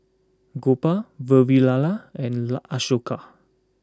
Gopal Vavilala and La Ashoka